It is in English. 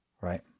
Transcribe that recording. Right